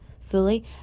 fully